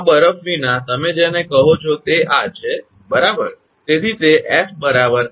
આ બરફ વિના તમે જેને કહો છો તે આ છે બરાબર